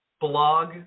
Blog